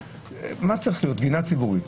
מה צריך להיות בגינה ציבורית?